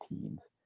teens